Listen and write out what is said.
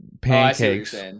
pancakes